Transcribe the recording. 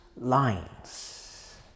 lines